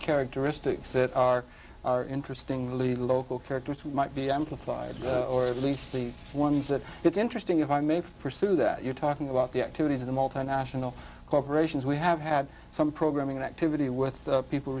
characteristics that are are interesting really local characteristics might be amplified or if they seem ones that it's interesting if i make pursue that you're talking about the activities of the multinational corporations we have had some programming activity with the people